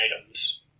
items